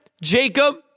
Jacob